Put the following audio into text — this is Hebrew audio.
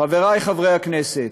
חברי חברי הכנסת,